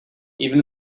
even